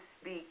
speak